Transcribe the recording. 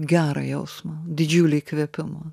gerą jausmą didžiulį įkvėpimą